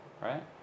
right